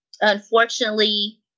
Unfortunately